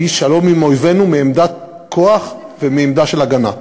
שהיא שלום עם אויבינו מעמדת כוח ומעמדה של הגנה.